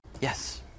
Yes